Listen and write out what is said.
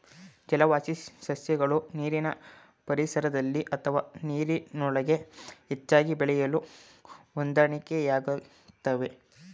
ಜಲವಾಸಿ ಸಸ್ಯಗಳು ನೀರಿನ ಪರಿಸರದಲ್ಲಿ ಅಥವಾ ನೀರಿನೊಳಗೆ ಹೆಚ್ಚಾಗಿ ಬೆಳೆಯಲು ಹೊಂದಾಣಿಕೆಯಾಗ್ತವೆ